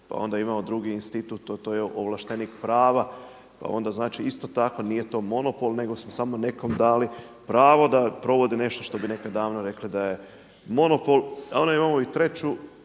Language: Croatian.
Pa onda imamo drugi institut to je ovlaštenik prava, pa onda znači isto tako nije to monopol nego smo samo dali nekom dali pravo da provodi nešto što bi nekad davno rekli da je monopol. A onda imamo i treću,